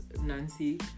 Nancy